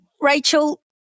Rachel